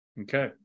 Okay